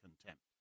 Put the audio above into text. contempt